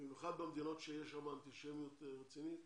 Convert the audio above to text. במיוחד במדינות שם יש אנטישמיות רצינית